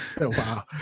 wow